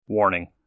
Warning